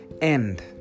end